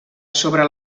sobre